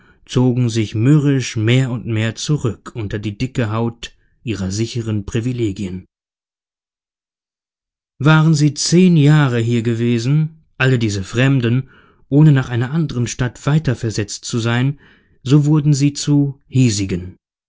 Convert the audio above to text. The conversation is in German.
zogen sich mürrisch mehr und mehr zurück unter die dicke haut ihrer sicheren privilegien waren sie zehn jahre hier gewesen alle diese fremden ohne nach einer anderen stadt weiterversetzt zu sein so wurden sie zu hiesigen